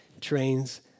trains